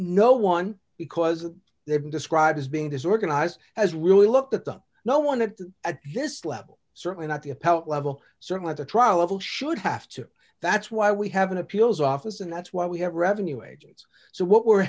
no one because they've been described as being disorganized as really looked at them no one had to at this level certainly not the appellate level certainly the trial level should have to that's why we have an appeals office and that's why we have revenue agents so what we're